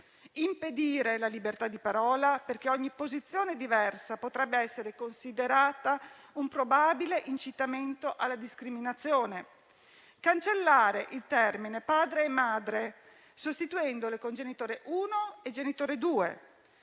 impedire la libertà di parola, perché ogni posizione diversa potrebbe essere considerata un probabile incitamento alla discriminazione; cancellare i termini «padre» e «madre», sostituendoli con «genitore 1» e «genitore 2»;